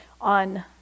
on